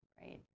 Right